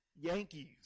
Yankees